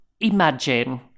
Imagine